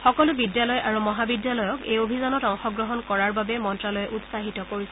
সকলো বিদ্যালয় আৰু মহাবিদ্যালয়ক এই অভিযানত অংশগ্ৰহণ কৰাৰ বাবে মন্ত্ৰালয়ে উৎসাহিত কৰিছে